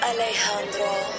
Alejandro